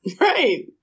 right